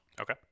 Okay